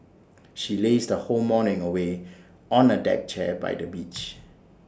she lazed whole morning away on A deck chair by the beach